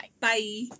bye